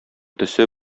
төсе